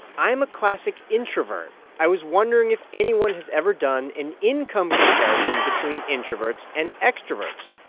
i am a classic introvert. i was wondering if anyone has ever done an income comparison between introverts and extroverts.